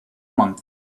monk